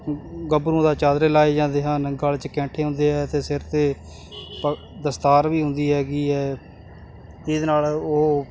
ਗੱਭਰੂਆਂ ਦਾ ਚਾਦਰੇ ਲਾਏ ਜਾਂਦੇ ਹਨ ਗਲ 'ਚ ਕੈਂਠੇ ਹੁੰਦੇ ਹੈ ਅਤੇ ਸਿਰ 'ਤੇ ਪੱ ਦਸਤਾਰ ਵੀ ਹੁੰਦੀ ਹੈਗੀ ਹੈ ਇਹਦੇ ਨਾਲ ਉਹ